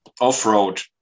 off-road